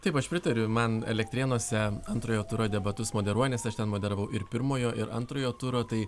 taip aš pritariu man elektrėnuose antrojo turo debatus moderuojant nes aš ten moderavau ir pirmojo ir antrojo turo tai